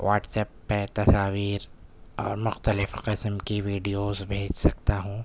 what's app پہ تصاویر اور مختلف قسم کی ویڈیوز بھیج سکتا ہوں